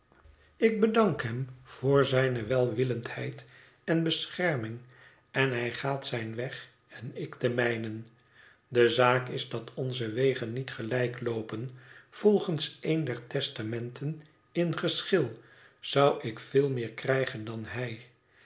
ik bedank hem voor zijne welwillendheid en bescherming en hij gaat zijn weg en ik den mijnen de zaak is dat onze wegen niet gelijk loopen volgens een der testamenten in geschil zou ik veel meer krijgen dan hij